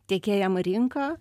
tiekėjam į rinką